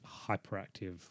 hyperactive